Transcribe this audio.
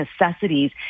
necessities